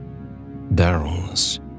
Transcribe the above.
barrels